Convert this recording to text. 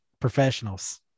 Professionals